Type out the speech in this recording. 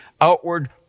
outward